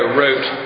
wrote